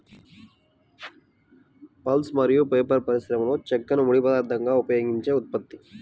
pulp మరియు paper పరిశ్రమలోచెక్కను ముడి పదార్థంగా ఉపయోగించే ఉత్పత్తి